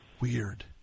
Weird